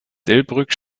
delbrück